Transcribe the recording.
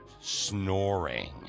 snoring